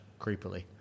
creepily